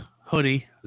hoodie